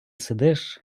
сидиш